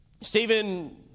Stephen